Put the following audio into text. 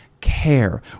care